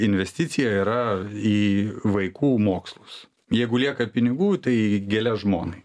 investicija yra į vaikų mokslus jeigu lieka pinigų tai į gėles žmonai